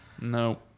no